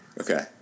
Okay